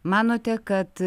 manote kad